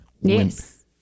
Yes